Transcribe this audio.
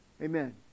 Amen